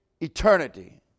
eternity